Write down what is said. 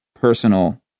personal